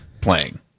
playing